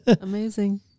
Amazing